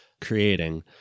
creating